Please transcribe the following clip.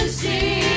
see